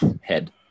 Head